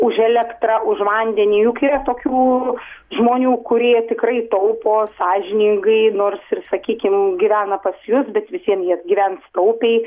už elektrą už vandenį juk yra tokių žmonių kurie tikrai taupo sąžiningai nors ir sakykim gyvena pas jus bet visvien jie gyvens taupiai